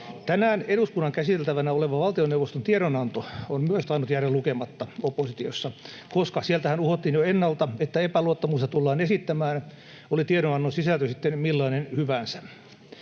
Tänään eduskunnan käsiteltävänä oleva valtioneuvoston tiedonanto on tainnut myös jäädä lukematta oppositiossa, koska sieltähän uhottiin jo ennalta, että epäluottamusta tullaan esittämään, oli tiedonannon sisältö sitten millainen hyvänsä.